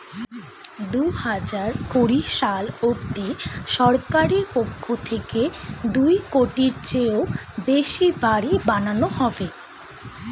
দুহাজার কুড়ি সাল অবধি সরকারের পক্ষ থেকে দুই কোটির চেয়েও বেশি বাড়ি বানানো হবে